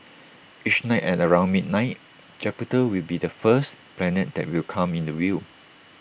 each night at around midnight Jupiter will be the first planet that will come into view